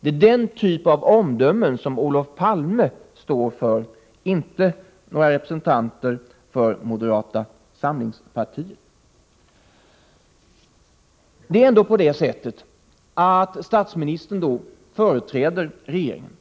Det är den typen av omdömen som Olof Palme ursprungligen står för, inte någon representant för moderata samlingspartiet. Det är ändå så att statsministern företräder regeringen.